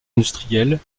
industrielle